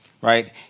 right